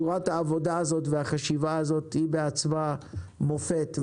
צורת העבודה הזאת והחשיבה הזאת היא בעצמה מופת,